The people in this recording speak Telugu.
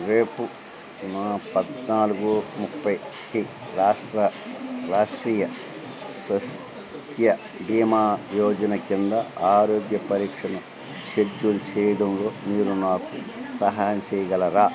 రేపు నా పద్నాలుగు ముప్పైకి రాష్ట్రీయ స్వాస్థ్య బీమా యోజన కింద ఆరోగ్య పరీక్షను షెడ్యూల్ చేయడంలో మీరు నాకు సహాయం చేయగలరా